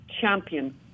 champion